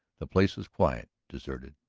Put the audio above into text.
the place was quiet, deserted.